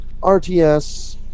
RTS